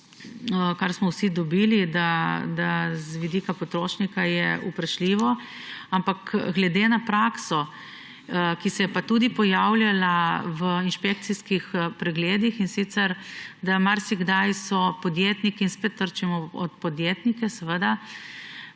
kar smo vsi dobili, da z vidika potrošnika je vprašljivo. Ampak glede na prakso, ki se je pa tudi pojavljala v inšpekcijskih pregledih, in sicer da marsikdaj so podjetniki – in spet trčimo ob podjetnike seveda